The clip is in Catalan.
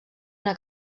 una